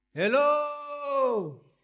Hello